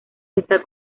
está